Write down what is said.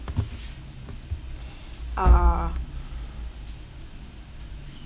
err